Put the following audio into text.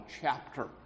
chapter